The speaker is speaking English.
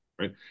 right